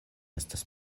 estas